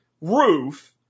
roof